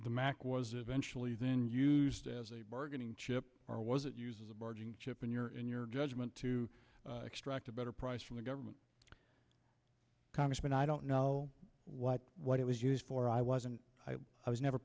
the mac was eventually then used as a bargaining chip or was it uses a barging chip in your in your judgment to extract a better price from the government congressman i don't know what what it was used for i wasn't i was never